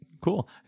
Cool